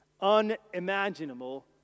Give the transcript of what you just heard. unimaginable